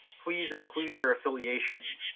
please include your affiliation,